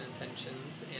intentions